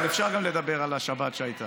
אבל אפשר לדבר גם על השבת שהייתה.